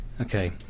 Okay